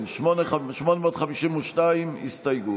852, הסתייגות.